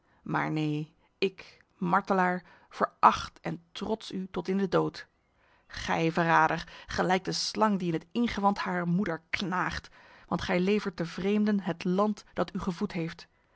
maar neen ik martelaar veracht en trots u tot in de dood gij verrader gelijkt de slang die in het ingewand harer moeder knaagt want gij levert de vreemden het land dat u gevoed heeft